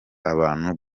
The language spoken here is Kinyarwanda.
abantu